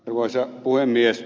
arvoisa puhemies